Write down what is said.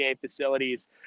facilities